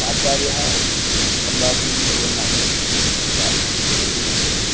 प्राचार्यः सम्भाषणं कुर्वन् आसन् तत्र उडुपि मध्ये